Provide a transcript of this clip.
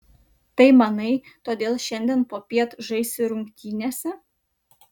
tai manai todėl šiandien popiet žaisi rungtynėse